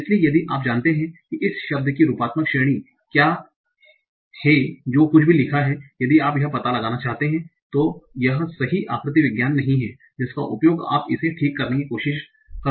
इसलिए यदि आप जानते हैं कि इस शब्द की रूपात्मक श्रेणी क्या जो कुछ भी लिखा गया है यदि आप यह पता लगा सकते हैं कि यह सही आकृति विज्ञान नहीं है जिसका उपयोग आप इसे ठीक करने की कोशिश कर सकते हैं